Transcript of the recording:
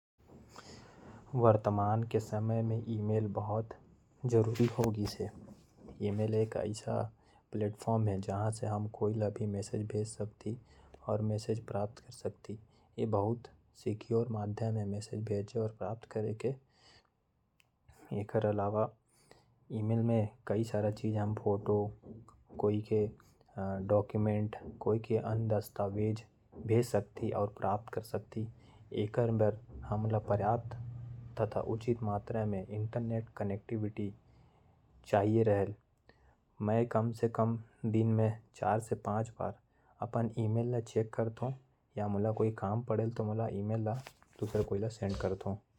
वर्तमान के समय में ईमेल बहुत जरूरी साधन है। आज के समय में ईमेल में कोई भी लेटर ल सुरक्षित भेजना है। कोई फोटो भेजना है या जानकारी भेजना है तो ईमेल बहुत उपयोगी है। ईमेल बर इंटरनेट के आवश्यकता पड़ेल। मैं दिन में तीन से चार बार ईमेल का चेक कर थो। और जरूरी ईमेल ल आगे फॉरवर्ड कर थो।